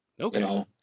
Okay